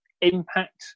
impact